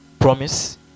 promise